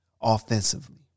Offensively